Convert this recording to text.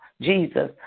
Jesus